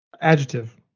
Adjective